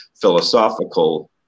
philosophical